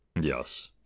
Yes